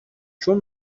چون